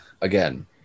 again